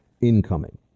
incoming